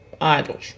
idols